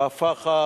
בפח"ע,